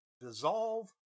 dissolve